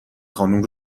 خانم